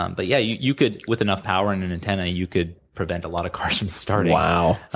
um but yeah. you you could, with enough power and an antenna, you could prevent a lot of cars from starting. wow.